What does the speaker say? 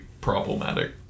problematic